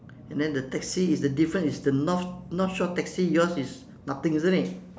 and then the taxi is the difference is the north north shore taxi yours is nothing isn't it